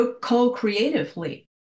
co-creatively